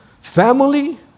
family